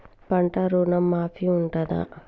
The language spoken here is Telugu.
పంట ఋణం మాఫీ ఉంటదా?